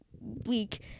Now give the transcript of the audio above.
week